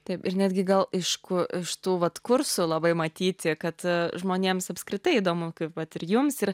taip ir netgi gal iš ku iš tų vat kursų labai matyti kad žmonėms apskritai įdomu kaip vat ir jums ir